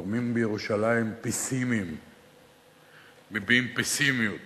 גורמים בירושלים מביעים פסימיות